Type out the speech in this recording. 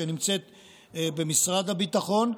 שנמצאת במשרד הביטחון,